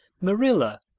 marilla,